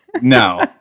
no